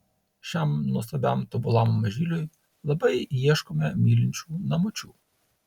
šiam nuostabiam tobulam mažyliui labai ieškome mylinčių namučių